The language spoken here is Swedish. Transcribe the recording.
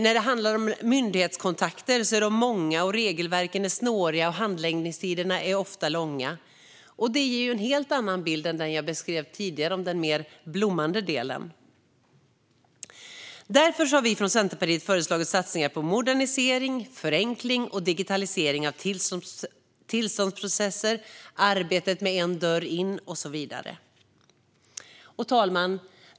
När det handlar om myndighetskontakter är de många, regelverken är snåriga och handläggningstiderna är ofta långa. Det ger en helt annan bild än den som jag beskrev tidigare om den mer blommande delen. Därför har vi från Centerpartiet föreslagit satsningar på modernisering, förenkling och digitalisering av tillståndsprocesser samt arbetet med "En dörr in" och så vidare. Fru talman!